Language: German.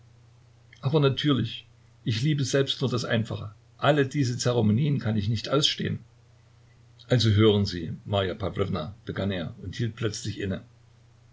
aber natürlich ich liebe selbst nur das einfache alle diese zeremonien kann ich nicht ausstehen also hören sie marja pawlowna begann er und hielt plötzlich inne